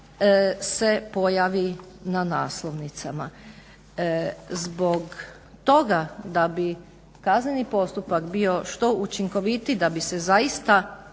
se pojavi na naslovnicama. Zbog toga da bi kazneni postupak bio što učinkovitiji, da bi se zaista